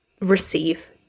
receive